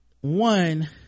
one